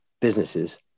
Businesses